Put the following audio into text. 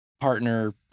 partner